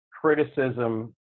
criticism